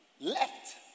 left